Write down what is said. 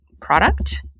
product